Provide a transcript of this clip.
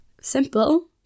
Simple